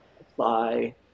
Apply